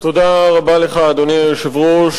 אדוני היושב-ראש,